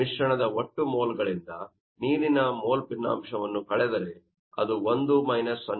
ಮಿಶ್ರಣದ ಒಟ್ಟು ಮೋಲ್ಗಳಿಂದ ನೀರಿನ ಮೋಲ್ ಭಿನ್ನಾಂಶವನ್ನು ಕಳೆದರೆ ಅದು 1 0